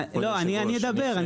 לא, אני אדבר.